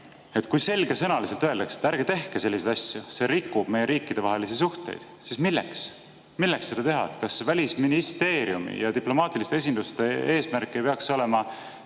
Kui selgesõnaliselt öeldakse, et ärge tehke selliseid asju, see rikub meie riikidevahelisi suhteid, siis miks seda teha? Kas Välisministeeriumi ja diplomaatiliste esinduste eesmärk ei peaks olema